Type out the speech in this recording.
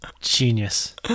Genius